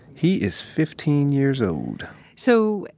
he is fifteen years old so,